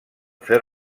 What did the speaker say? fer